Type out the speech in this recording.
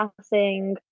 passing